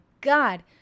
god